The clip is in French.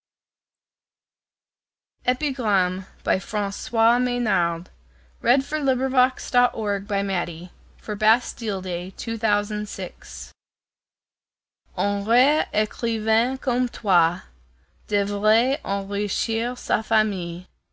un rare écrivain comme toi devrait enrichir sa famille